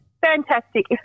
Fantastic